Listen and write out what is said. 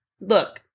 Look